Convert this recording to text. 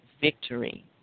victory